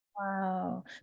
Wow